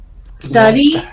Study